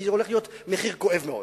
כי הולך להיות מחיר כבד מאוד,